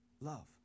Love